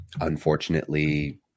unfortunately